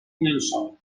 llençol